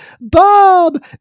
Bob